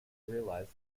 realised